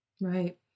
Right